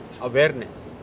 awareness